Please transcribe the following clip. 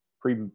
pre